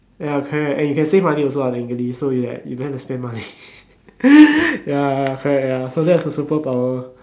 ya correct and you can save money also lah technically so like you don't have to spend to spend money ya correct ya so that's a superpower